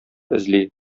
эзли